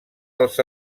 dels